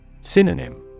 Synonym